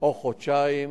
או חודשיים,